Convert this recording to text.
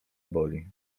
boli